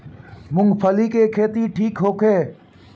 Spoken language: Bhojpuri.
मूँगफली के खेती ठीक होखे?